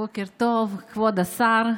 בוקר טוב, כבוד השר.